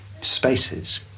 spaces